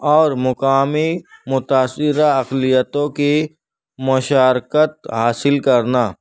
اور مقامی متأثرہ اقلیتوں کی مشارکت حاصل کرنا